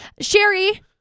sherry